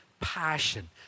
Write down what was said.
passion